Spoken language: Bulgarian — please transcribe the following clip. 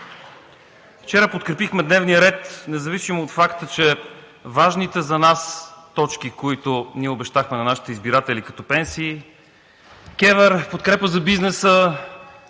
Вчера подкрепихме дневния ред, независимо от факта, че важните за нас точки, които ние обещахме на нашите избиратели, като пенсии, КЕВР, подкрепа за бизнеса,